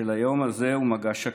של היום הזה היא "מגש הכסף",